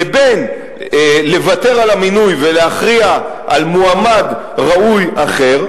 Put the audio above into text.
או לוותר על המינוי ולהכריע על מועמד ראוי אחר,